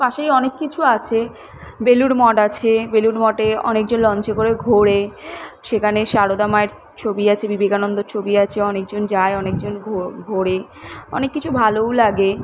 পাশেই অনেক কিছু আছে বেলুড় মঠ আছে বেলুড় মঠে অনেকজন লঞ্চে করে ঘোরে সেখানে সারদা মায়ের ছবি আছে বিবেকানন্দর ছবি আছে অনেক জন যায় অনেক জন ঘো ঘোরে অনেক কিছু ভালোও লাগে